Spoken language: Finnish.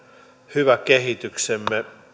hyvä kehityksemme